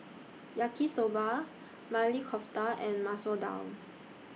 Yaki Soba Maili Kofta and Masoor Dal